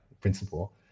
principle